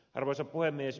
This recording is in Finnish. arvoisa puhemies